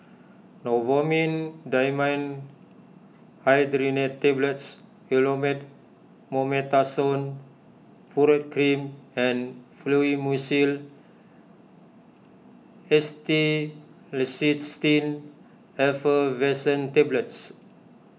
Novomin Dimenhydrinate Tablets Elomet Mometasone Furoate Cream and Fluimucil Acetylcysteine Effervescent Tablets